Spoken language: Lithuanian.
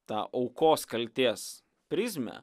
tą aukos kaltės prizmę